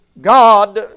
God